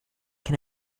can